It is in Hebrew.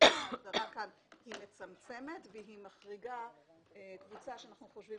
שההגדרה כאן היא מצמצמת והיא מחריגה קבוצה שאנחנו חושבים